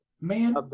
Man